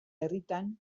herritan